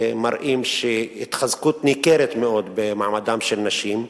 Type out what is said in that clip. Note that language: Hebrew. רואים התחזקות ניכרת מאוד במעמדן של נשים.